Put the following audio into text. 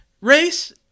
Race